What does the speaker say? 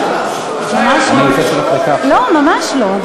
לא, ממש לא.